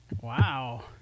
Wow